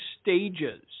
stages